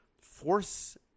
force